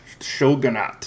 Shogunate